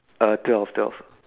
uh twelve twelve